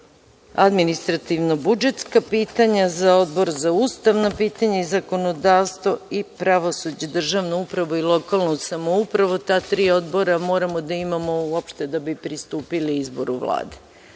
administrativno-budžetska pitanja, za Odbor za ustavna pitanja i zakonodavstvo i pravosuđe, državnu upravu i lokalnu samoupravu. Ta tri odbora moramo da imamo uopšte da bi pristupili izboru Vlade.